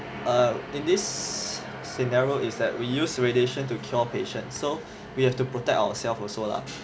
err in this scenario is that we use radiation to cure patient so we have to protect ourself also lah